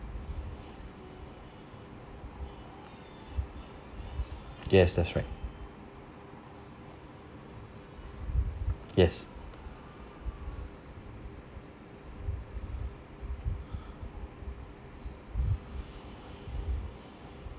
yes that's right yes